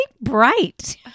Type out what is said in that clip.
bright